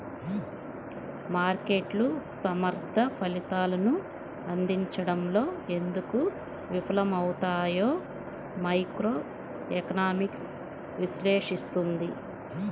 మార్కెట్లు సమర్థ ఫలితాలను అందించడంలో ఎందుకు విఫలమవుతాయో మైక్రోఎకనామిక్స్ విశ్లేషిస్తుంది